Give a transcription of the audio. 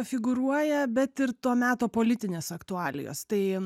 figūruoja bet ir to meto politinės aktualijos tai